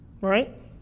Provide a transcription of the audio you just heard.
Right